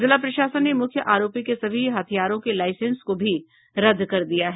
जिला प्रशासन ने मुख्य आरोपी के सभी हथियारों के लाईसेंस को भी रद्द कर दिया है